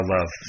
Love